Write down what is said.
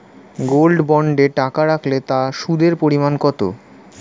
Gold বন্ডে টাকা রাখলে তা সুদের পরিমাণ কত?